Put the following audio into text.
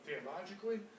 theologically